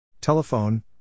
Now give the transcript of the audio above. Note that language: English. Telephone